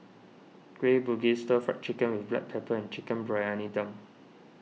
Kueh Bugis Stir Fried Chicken with Black Pepper and Chicken Briyani Dum